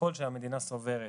שככל שהמדינה סוברת,